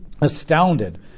astounded